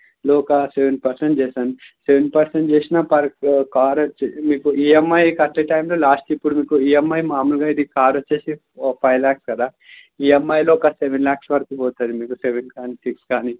లో cost seven percent చేశాను seven percent చేసిన పర్ కార్ వచ్చి మీకు ఈఎంఐ కట్టే టైంలో లాస్ట్ ఇప్పుడు మీకు ఈఎంఐ మామూలుగా ఇది కార్ వచ్చి ఒక ఫైవ్ ల్యాక్స్ కదా ఈఎంఐలో ఒక సెవన్ ల్యాక్స్ వరకు పోతుంది మీకు సెవన్ కానీ సిక్స్ కానీ